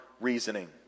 reasoning